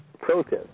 protest